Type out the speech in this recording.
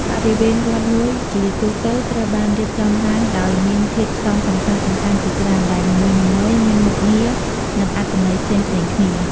បរិវេណវត្តមួយជាទូទៅត្រូវបានរៀបចំឡើងដោយមានធាតុផ្សំសំខាន់ៗជាច្រើន ដែលនីមួយៗមានមុខងារ និងអត្ថន័យផ្សេងៗគ្នា។